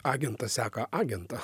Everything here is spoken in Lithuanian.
agentas seka agentą